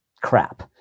crap